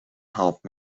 help